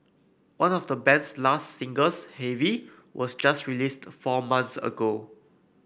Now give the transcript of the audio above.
one of the band's last singles Heavy was just released four months ago